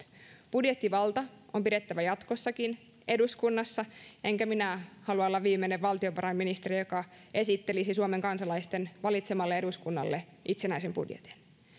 budjettivalta on pidettävä jatkossakin eduskunnassa enkä minä halua olla viimeinen valtiovarainministeri joka esittelisi suomen kansalaisten valitsemalle eduskunnalle itsenäisen budjetin